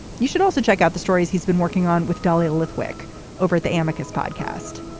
you should also check out the stories he's been working on with dahlia lithwick over the amicus podcast.